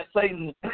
Satan